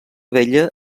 vella